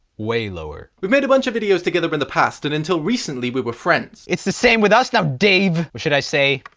way lower. we've made a bunch of videos together in the past, and until recently we were friends. it's the same way with us now, dave. or should i say.